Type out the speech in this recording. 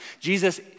Jesus